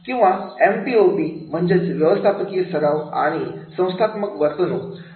किंवा M P O B म्हणजेच व्यवस्थापकीय सराव आणि संस्थात्मक वर्तणूक